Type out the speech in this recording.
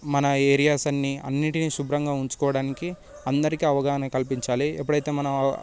మన ఏరియాస్ అన్నీ అన్నిటినీ శుభ్రంగా ఉంచుకోవడానికి అందరికీ అవగాహన కల్పించాలి ఎప్పుడైతే మనం